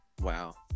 Wow